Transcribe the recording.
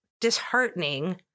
disheartening